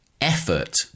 effort